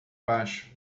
baixo